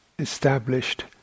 established